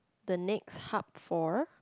the next hub for